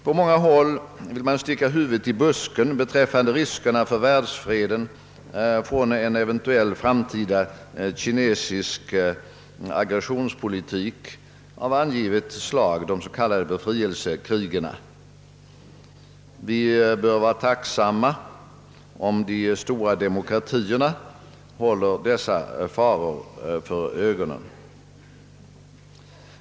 På många håll vill man sticka huvudet i busken och inte låtsas om de risker för världsfreden som en eventuell framtida kinesisk aggressionspolitik av angivet slag — stöd åt de s.k. befrielsekrigen — innebär. Vi bör vara tacksamma om de stora demokratierna har dessa faror för ögonen.